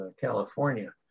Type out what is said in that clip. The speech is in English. California